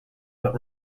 but